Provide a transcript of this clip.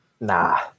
Nah